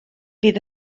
fydd